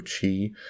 chi